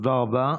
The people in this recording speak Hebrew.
תודה רבה.